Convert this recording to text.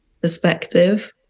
perspective